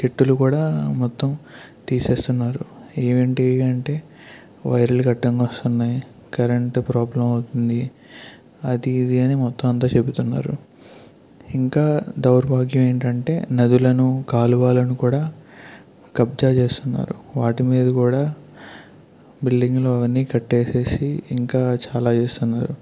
చెట్టులు కూడా మొత్తం తీసేస్తున్నారు ఏవేంటి అంటే వైర్లుకి అడ్డంగా వస్తున్నాయి కరెంట్ ప్రొబ్లం అవుతుంది అది ఇది అని మొత్తం అంతా చెబుతున్నారు ఇంకా దౌర్భాగ్యం ఏంటంటే నదులను కాలువలను కూడా కబ్జా చేస్తున్నారు వాటి మీద కూడా బిల్డింగులు అవన్నీ కట్టేసేసి ఇంకా చాలా చేస్తున్నారు